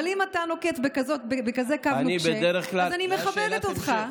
אבל אם אתה נוקט כזה קו נוקשה, אז אני מכבדת אותך.